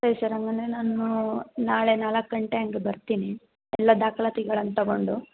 ಸರಿ ಸರ್ ಹಾಗಾದ್ರೆ ನಾನು ನಾಳೆ ನಾಲ್ಕು ಗಂಟೆ ಹಾಗೆ ಬರ್ತೀನಿ ಎಲ್ಲ ದಾಖಲಾತಿಗಳನ್ನು ತಗೊಂಡು